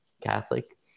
Catholic